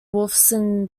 wolfson